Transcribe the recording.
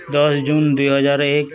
ଦଶ ଜୁନ୍ ଦୁଇ ହଜାର ଏକ